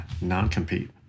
non-compete